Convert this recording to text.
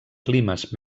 climes